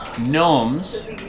Gnomes